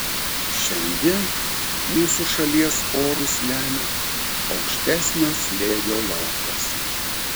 šiandien mūsų šalies orus lemia aukštesnio slėgio laukas